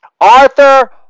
Arthur